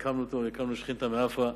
הקמנו אותו, הקמנו שכינתא מעפרא,